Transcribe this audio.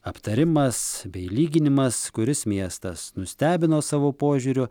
aptarimas bei lyginimas kuris miestas nustebino savo požiūriu